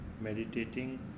meditating